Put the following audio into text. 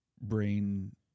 brain